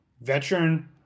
veteran